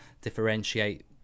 differentiate